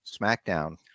SmackDown